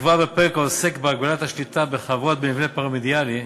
נקבע בפרק העוסק בהגבלת השליטה בחברות במבנה פירמידלי,